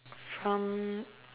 from